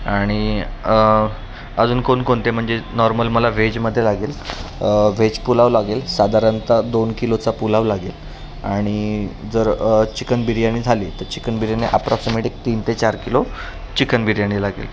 आणि अजून कोणकोणते म्हणजे नॉर्मल मला व्हेजमध्ये लागेल व्हेज पुलाव लागेल साधारणतः दोन किलोचा पुलाव लागेल आणि जर चिकन बिर्याणी झाली तर चिकन बिर्याणी अप्रॉक्सिमेटली तीन ते चार किलो चिकन बिर्याणी लागेल